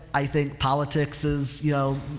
i think politics is, you know,